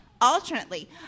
alternately